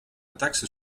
taxe